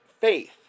faith